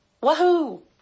Wahoo